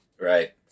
right